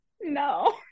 no